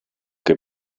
che